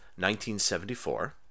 1974